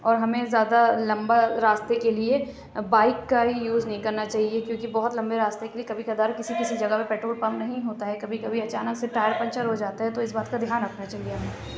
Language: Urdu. اور ہمیں زیادہ لمبا راستے کے لیے بائیک کا ہی یوز نہیں کرنا چاہیے کیونکہ بہت لمبے راستے کے لیے کبھی کبھار کسی کسی جگہ پہ پٹرول پمپ نہیں ہوتا ہے کبھی کبھی اچانک سے ٹائر پنچر ہو جاتا ہے تو اِس بات کا دھیان رکھنا چاہیے